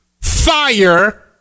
Fire